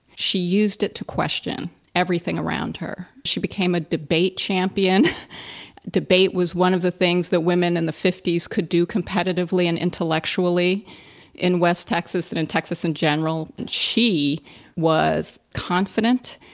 she used it to question everything around her. she became a debate champion debate was one of the things that women in the fifty s could do competitively and intellectually in west texas and in texas in and general. she was confident,